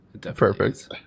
Perfect